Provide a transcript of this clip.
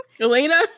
Elena